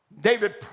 David